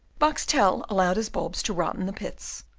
boxtel allowed his bulbs to rot in the pits,